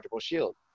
shield